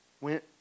Went